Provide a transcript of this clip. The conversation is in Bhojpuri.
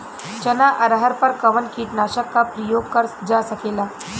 चना अरहर पर कवन कीटनाशक क प्रयोग कर जा सकेला?